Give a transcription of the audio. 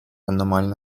аномально